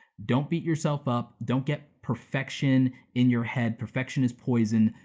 don't beat yourself up, don't get perfection in your head, perfection is poison,